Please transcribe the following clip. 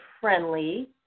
friendly